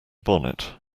bonnet